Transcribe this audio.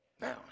Now